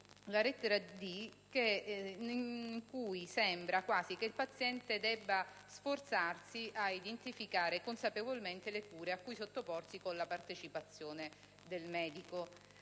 la lettera *d)*, in cui sembra quasi che il paziente debba sforzarsi ad identificare consapevolmente le cure cui sottoporsi con la partecipazione del medico.